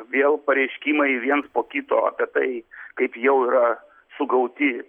vėl pareiškimai viens po kito apie tai kaip jau yra sugauti